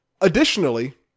Additionally